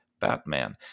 Batman